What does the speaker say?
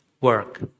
Work